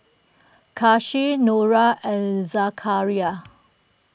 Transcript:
Kasih Nura and Zakaria